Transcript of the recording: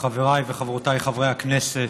חבריי וחברותיי חברי הכנסת,